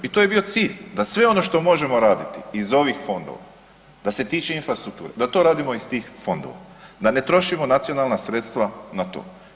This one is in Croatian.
I to je bio cilj da sve ono što možemo raditi iz ovih fondova, da se tiče infrastrukture da to radimo iz tih fondova, da ne trošimo nacionalna sredstva na to.